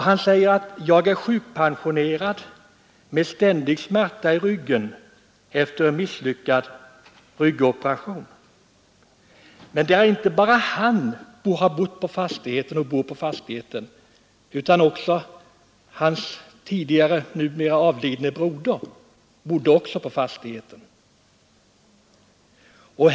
Han säger att han är sjukpensionerad och har ständig smärta i ryggen efter en misslyckad ryggoperation. Men det är inte bara han själv som bor och har bott på fastigheten, utan hans tidigare numera avlidne broder bodde också på fastigheten.